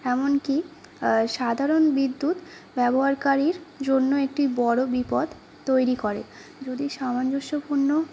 এমনকি সাধারণ বিদ্যুৎ ব্যবহারকারীর জন্য একটি বড় বিপদ তৈরি করে যদি সামঞ্জস্যপূর্ণ